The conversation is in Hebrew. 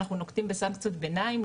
אנחנו נוקטים בסנקציות ביניים.